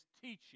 teaching